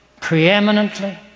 Preeminently